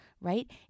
right